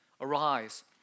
Arise